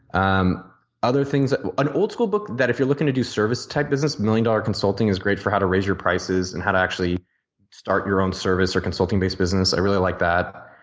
um other things an old school book that if you're looking to do service type business, million dollar consulting is great for how to raise your prices and how to actually start your own service or consulting-based business. i really like that.